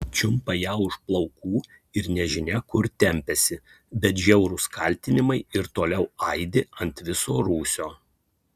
čiumpa ją už plaukų ir nežinia kur tempiasi bet žiaurūs kaltinimai ir toliau aidi ant viso rūsio